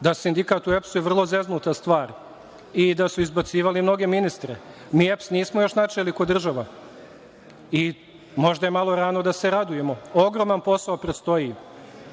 je sindikat u EPS-u vrlo zeznuta stvar i da su izbacivali mnoge ministre. Mi EPS nismo još načeli ko država. Možda je malo rano da se radujemo. Ogroman posao predstoji,